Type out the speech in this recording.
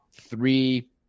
three